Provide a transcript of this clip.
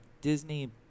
Disney